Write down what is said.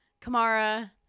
Kamara